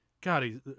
God